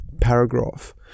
paragraph